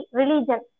religion